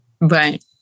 Right